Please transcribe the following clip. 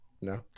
No